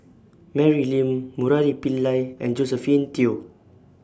Mary Lim Murali Pillai and Josephine Teo